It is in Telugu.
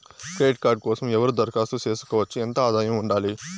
క్రెడిట్ కార్డు కోసం ఎవరు దరఖాస్తు చేసుకోవచ్చు? ఎంత ఆదాయం ఉండాలి?